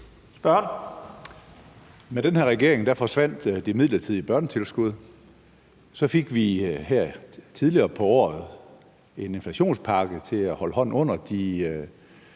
Med den her regering forsvandt det midlertidige børnetilskud. Så fik vi her tidligere på året en inflationspakke til at holde hånden under de